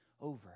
over